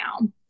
now